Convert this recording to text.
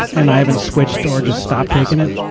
and i haven't switched or just stopped taking it.